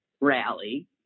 rally